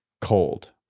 cold